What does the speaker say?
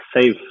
save